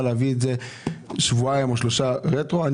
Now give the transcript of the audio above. להביא את זה ולאשר שבועיים-שלושה רטרואקטיבית.